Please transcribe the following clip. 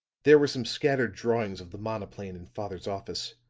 there were some scattered drawings of the monoplane in father's office